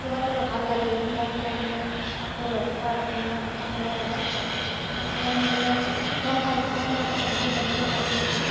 সিহঁতৰ আৰু ভাল লাগিল সিহঁতে মানে আকৌ লগ পোৱা মানে কথা ক'লে আৰু সেনেকৈে মানে ইখন ঠাইত সিখন ঠাইৰ কথা বহুত জানিব পাৰিলোঁ আৰু